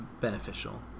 beneficial